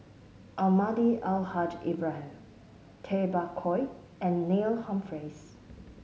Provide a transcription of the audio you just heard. Almahdi Al Haj Ibrahim Tay Bak Koi and Neil Humphreys